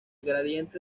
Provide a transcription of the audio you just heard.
gradiente